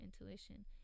intuition